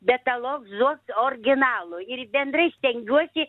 betalokzuok orginalų ir bendrai stengiuosi